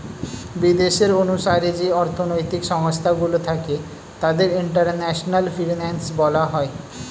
বিদেশের অনুসারে যে অর্থনৈতিক সংস্থা গুলো থাকে তাদের ইন্টারন্যাশনাল ফিনান্স বলা হয়